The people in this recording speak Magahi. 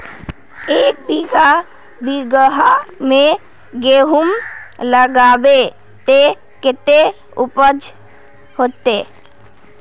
एक बिगहा में गेहूम लगाइबे ते कते उपज होते?